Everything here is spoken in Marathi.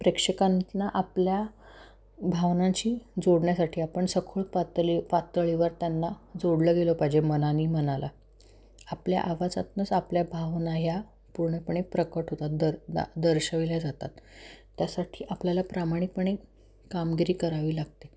प्रेक्षकांना आपल्या भावनांशी जोडण्यासाठी आपण सखोल पातळी पातळीवर त्यांना जोडलं गेलो पाहिजे मनाने मनाला आपल्या आवाजातनंच आपल्या भावना ह्या पूर्णपणे प्रकट होतात दर दा दर्शविल्या जातात त्यासाठी आपल्याला प्रामाणिकपणे कामगिरी करावी लागते